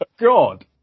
god